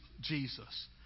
Jesus